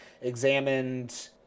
examined